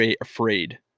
afraid